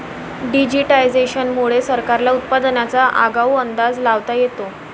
digitisation मुळे सरकारला उत्पादनाचा आगाऊ अंदाज लावता येतो